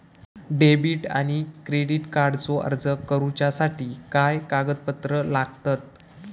Debit आणि credit कार्डचो अर्ज करुच्यासाठी काय कागदपत्र लागतत?